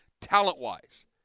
talent-wise